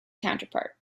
counterpart